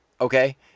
okay